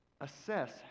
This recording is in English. Assess